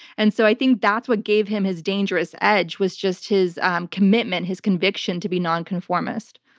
and so i think that's what gave him his dangerous edge was just his um commitment, his conviction, to be nonconformist.